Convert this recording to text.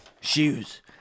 shoes